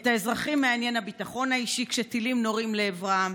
את האזרחים מעניין הביטחון האישי כשטילים נורים לעברם,